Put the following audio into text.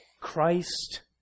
Christ